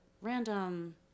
random